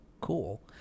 Cool